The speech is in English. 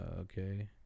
Okay